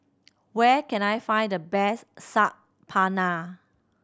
where can I find the best Saag Paneer